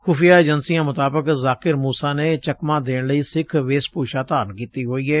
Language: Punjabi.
ਖੁਫੀਆਂ ਏਜੰਸੀਆਂ ਮੁਤਾਬਕ ਜ਼ਾਕਿਰ ਮੁਸਾ ਨੇ ਚਕਮਾ ਦੇਣ ਲਈ ਸਿੱਖ ਵੇਸਭੁਸ਼ਾ ਧਾਰਨ ਕੀਡੀ ਹੋਈ ਏ